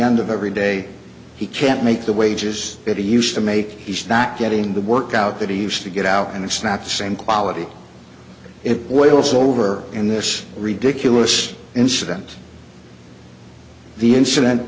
end of every day he can't make the wages that he used to make he's not getting the work out that he used to get out and it's not the same quality it boils over in this ridiculous incident the incident